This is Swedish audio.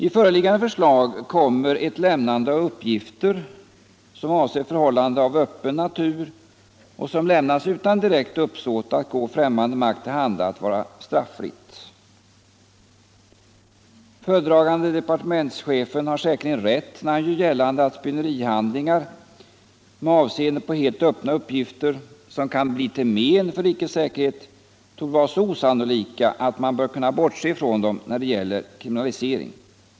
I föreliggande förslag kommer ett lämnande av uppgifter som avser förhållande av öppen natur och som lämnas utan direkt uppsåt att gå främmande makt till handa att vara straffritt. Föredragande departementschefen har säkerligen rätt när han gör gällande att spionerihandlingar med avseende på helt öppna uppgifter som kan bli till men för rikets säkerhet torde vara så osannolika att man bör kunna bortse ifrån dem när det gäller kriminalisering.